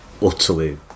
utterly